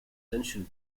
tensions